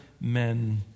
men